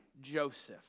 Joseph